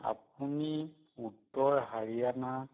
আপুনি উত্তৰ হাৰিয়ানা